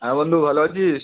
হ্যাঁ বন্ধু ভালো আছিস